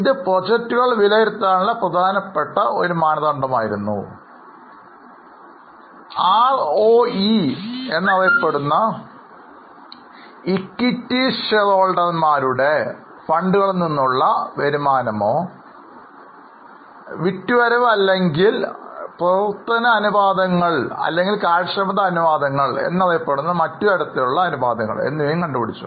ഇത് പ്രോജക്ടുകൾ വിലയിരുത്തുന്നതിനുള്ള വളരെ പ്രധാനപ്പെട്ട മാനദണ്ഡമായി മാറുന്നു ROE എന്നറിയപ്പെടുന്ന ഇക്വിറ്റി ഷെയർ ഹോൾഡർ മാരുടെ ഫണ്ടുകളിൽ നിന്നുള്ള വരുമാനമോ വിറ്റുവരവ് അല്ലെങ്കിൽ പ്രവർത്തന അനുപാതങ്ങൾ അല്ലെങ്കിൽ കാര്യക്ഷമത അനുപാതങ്ങൾ എന്നറിയപ്പെടുന്ന മറ്റുതരത്തിലുള്ള അനുപാതങ്ങൾ കണ്ടുപിടിച്ചു